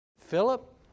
Philip